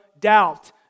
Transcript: doubt